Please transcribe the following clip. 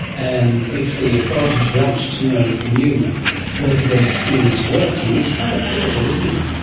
and if the authorities want to know from you whether their scheme is working, it's kind of pivotal, isn't it.